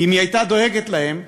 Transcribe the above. כי אם היא הייתה דואגת להם,